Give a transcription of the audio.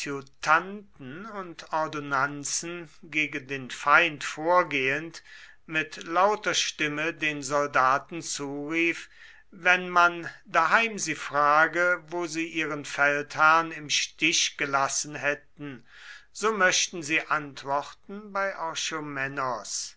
adjutanten und ordonnanzen gegen den feind vorgehend mit lauter stimme den soldaten zurief wenn man daheim sie frage wo sie ihren feldherrn im stich gelassen hätten so möchten sie antworten bei